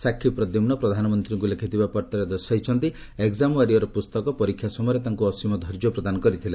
ସାକ୍ଷୀ ପ୍ରଦ୍ୟୁମ୍ନ ପ୍ରଧାନମନ୍ତ୍ରୀଙ୍କୁ ଲେଖିଥିବା ପତ୍ରରେ ଦର୍ଶାଇଛନ୍ତି ଏକ୍ଜାମ୍ ୱାରିୟର୍ ପୁସ୍ତକ ପରୀକ୍ଷା ସମୟରେ ତାଙ୍କୁ ଅସୀମ ଧୈର୍ଯ୍ୟ ପ୍ରଦାନ କରିଥିଲା